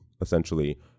essentially